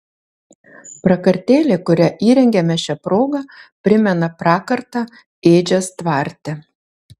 prakartėlė kurią įrengiame šia proga primena prakartą ėdžias tvarte